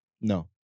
No